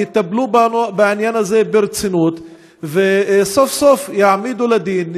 יטפלו בעניין הזה ברצינות וסוף-סוף יעמידו לדין,